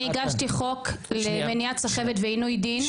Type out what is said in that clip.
אני הגשתי חוק למניעת סחבת ועינוי דין,